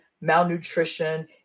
malnutrition